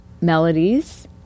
melodies